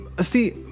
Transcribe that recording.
see